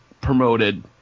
promoted